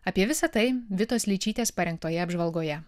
apie visa tai vitos leičytės parengtoje apžvalgoje